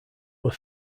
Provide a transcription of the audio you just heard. were